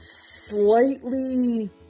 slightly